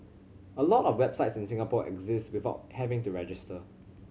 a lot of websites in Singapore exist without having to register